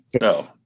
No